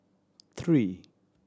three